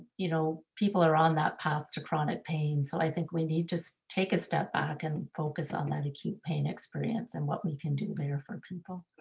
you know people are on that path to chronic pain. so i think we need to take a step back and focus on that acute pain experience and what we can do there for people.